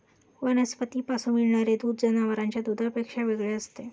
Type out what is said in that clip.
वनस्पतींपासून मिळणारे दूध जनावरांच्या दुधापेक्षा वेगळे असते